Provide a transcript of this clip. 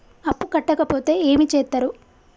అప్పు కట్టకపోతే ఏమి చేత్తరు?